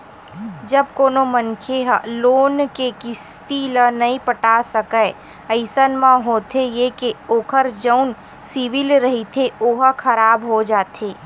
जब कोनो मनखे ह लोन के किस्ती ल नइ पटा सकय अइसन म होथे ये के ओखर जउन सिविल रिहिथे ओहा खराब हो जाथे